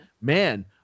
Man